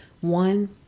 One